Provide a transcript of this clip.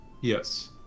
yes